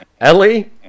Ellie